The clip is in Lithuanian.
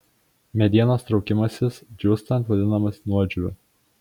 medienos traukimasis džiūstant vadinamas nuodžiūviu